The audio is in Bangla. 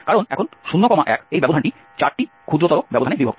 কারণ এখন 01 ব্যবধানটি 4টি ক্ষুদ্রতর ব্যবধানে বিভক্ত